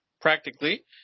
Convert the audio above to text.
practically